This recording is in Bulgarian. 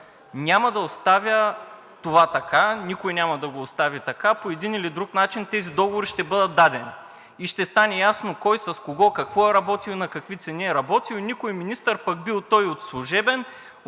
Няма да оставя това така. Никой няма да го остави така, по един или друг начин тези договори ще бъдат дадени и ще стане ясно кой с кого какво е работил и на какви цени е работил и никой министър, пък бил той и от служебен,